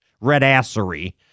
red-assery